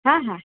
હા હા